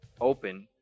open